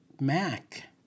mac